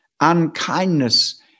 Unkindness